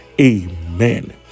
Amen